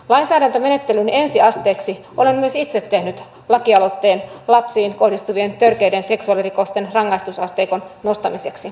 lainsäädäntömenettelyn ensiasteeksi olen myös itse tehnyt lakialoitteen lapsiin kohdistuvien törkeiden seksuaalirikosten rangaistusasteikon nostamiseksi